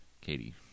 Katie